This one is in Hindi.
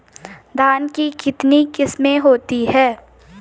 धान की कितनी किस्में होती हैं?